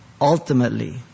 ultimately